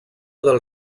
del